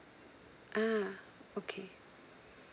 ah okay